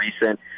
recent